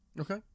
Okay